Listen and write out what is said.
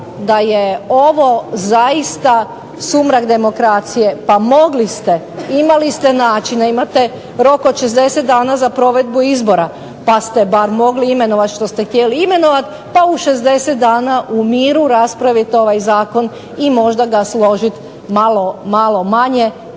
da je ovo zaista sumrak demokracije, pa mogli ste, imali ste načine, imate rok od 60 dana za provedbu izbora, pa ste bar mogli imenovati što ste htjeli imenovati, pa u 60 dana u miru raspraviti ovaj zakon i možda ga složiti malo manje